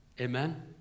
Amen